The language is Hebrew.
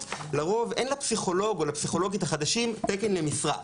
זה שלפסיכולוג או לפסיכולוגית החדשים לרוב אין תקן למשרה,